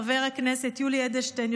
חבר הכנסת יולי אדלשטיין,